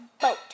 boat